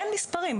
אין מספרים,